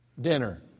dinner